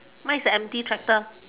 mine is a empty tractor